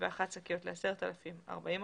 5,001 שקיות ל-10,000 40 אחוזים,